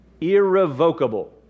irrevocable